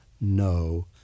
no